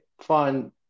find